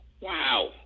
wow